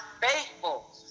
faithful